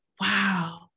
wow